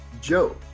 Joe